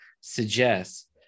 suggests